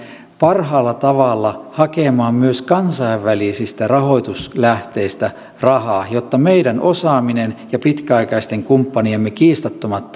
parhaalla tavalla hakemaan myös kansainvälisistä rahoituslähteistä rahaa jotta meidän osaaminen ja pitkäaikaisten kumppaniemme kiistattomat